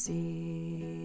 See